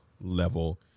level